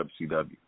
WCW